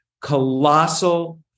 Colossal